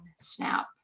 SNAP